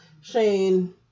shane